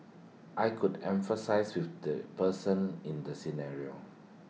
I could empathise with the person in the scenario